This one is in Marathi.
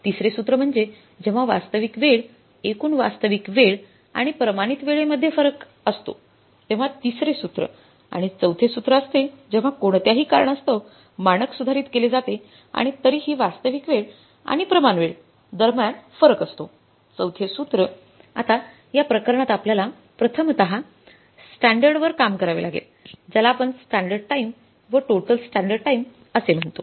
तिसरे सूत्र म्हणजे जेव्हा वास्तविक वेळ एकूण वास्तविक वेळ आणि प्रमाणित वेळेमध्ये फरक असतो तेव्हा तिसरे सूत्र आणि चौथे सूत्र असते जेव्हा कोणत्याही कारणास्तव मानक सुधारित केले जाते आणि तरीही वास्तविक वेळ आणि प्रमाणवेळ दरम्यान फरक असतो चौथे सूत्र आता या प्रकरणात आपल्याला प्रथमतः स्टँडर्ड वर काम करावे लागेल ज्याला आपण स्टँडर्ड टाइम व टोटल स्टँडर्ड टाइम असे म्हणतो